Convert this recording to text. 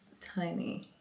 tiny